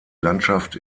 landschaft